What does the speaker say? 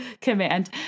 command